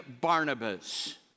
Barnabas